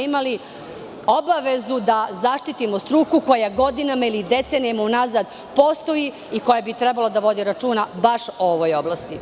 Imali smo obavezu da zaštitimo struku koja godinama ili decenijama unazad postoji i koja bi trebala da vodi računa baš o ovoj oblasti.